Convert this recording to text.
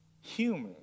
human